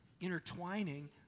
intertwining